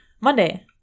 monday